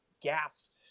gassed